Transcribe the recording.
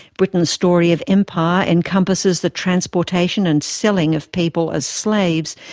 britain's story of empire encompasses the transportation and selling of people as slaves,